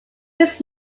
his